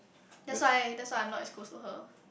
that's why that's why I'm not as close to her